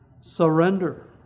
surrender